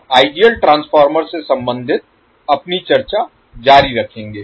हम ideal transformer से संबंधित अपनी चर्चा जारी रखेंगे